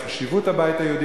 בחשיבות הבית היהודי,